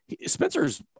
Spencer's